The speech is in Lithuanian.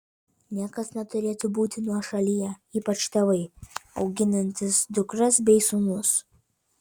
niekas neturėtų būti nuošalyje ypač tėvai auginantys dukras bei sūnus